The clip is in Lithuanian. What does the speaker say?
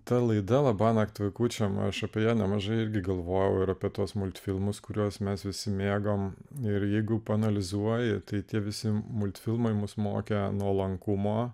ta laida labanakt vaikučiams aš apie ją nemažai irgi galvojau ir apie tuos mūsų filmus kuriuos mes visi mėgome ir jeigu paanalizuoji tai tie visi mūsų filmai mus mokė nuolankumo